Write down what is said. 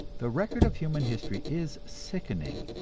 the record of human history is sickening,